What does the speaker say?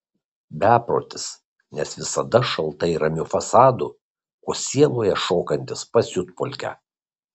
beprotis nes visada šaltai ramiu fasadu o sieloje šokantis pasiutpolkę